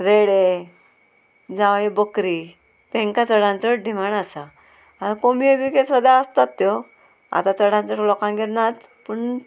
रेडे जावं बकरी तेंकां चडान चड डिमांड आसा आतां कोमब्यो बी सदां आसतात त्यो आतां चडान चड लोकांगेर नात पूण